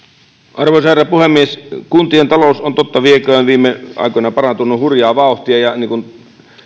arvoisa herra puhemies kuntien talous on totta vieköön viime aikoina parantunut hurjaa vauhtia niin kuin